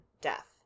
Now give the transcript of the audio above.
Death